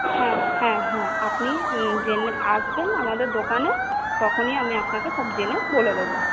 হ্যাঁ হ্যাঁ আপনি জেনে আসবেন আমাদের দোকানে তখনই আমি আপনাকে সব জেনে বলে দেব